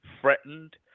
threatened